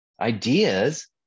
ideas